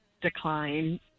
decline